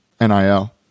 NIL